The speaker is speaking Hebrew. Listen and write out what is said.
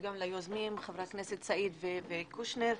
וגם ליוזמים חברי הכנסת סעיד וקושניר.